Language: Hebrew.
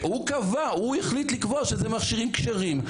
הוא החליט לקבוע שזה מכשירים כשרים.